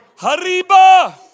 Hariba